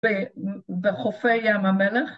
בחופי ים המלח